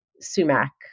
sumac